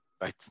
Right